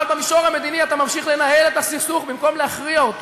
אבל במישור המדיני אתה ממשיך לנהל את הסכסוך במקום להכריע אותו.